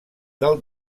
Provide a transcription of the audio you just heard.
del